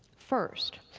first,